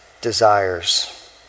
desires